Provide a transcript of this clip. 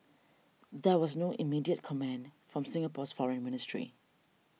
there was no immediate comment from Singapore's foreign ministry